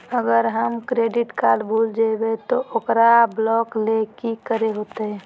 अगर हमर credit card भूल जइबे तो ओकरा ब्लॉक लें कि करे होते?